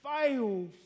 fail